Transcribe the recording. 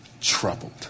troubled